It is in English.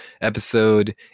episode